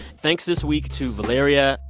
thanks this week to, valeria,